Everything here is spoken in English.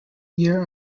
year